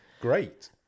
Great